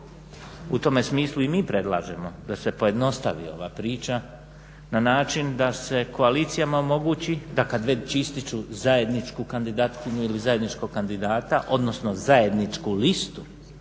U tome smislu i mi predlažemo da se pojednostavi ova priča na način da se koalicijama omogući da kad već ističu zajedničku kandidatkinju ili zajedničkog kandidata, odnosno zajedničku listu